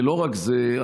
ולא רק זה,